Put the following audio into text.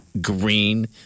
green